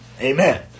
Amen